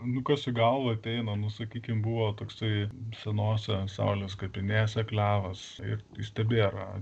nu kas į galvą ateina nu sakykim buvo toksai senose saulės kapinėse klevas ir jis tebėra